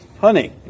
Honey